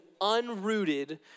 unrooted